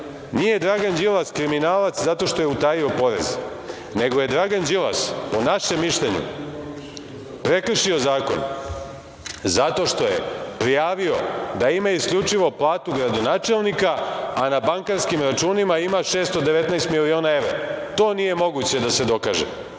nije Dragan Đilas kriminalac zato što je utajio porez, nego je Dragan Đilas po našem mišljenju prekršio zakon zato što je prijavio da ima isključivo platu gradonačelnika, a na bankarskim računima ima 619 miliona evra. To nije moguće da se dokaže.A